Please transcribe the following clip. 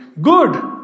Good